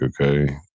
okay